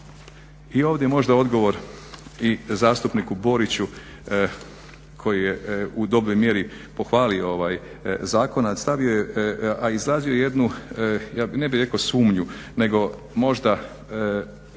I ovdje možda odgovor i zastupniku Boriću koji je u dobroj mjeri pohvalio ovaj zakon, a stavio je, a izrazio je jednu, ne bih rekao sumnju, nego možda